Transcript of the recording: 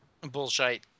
Bullshit